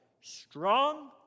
strong